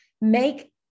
make